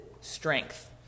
strength